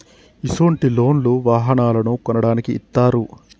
ఇసొంటి లోన్లు వాహనాలను కొనడానికి ఇత్తారు